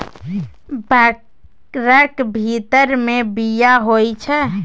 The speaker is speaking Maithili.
बैरक भीतर मे बीया होइ छै